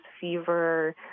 fever